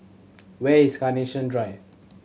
where is Carnation Drive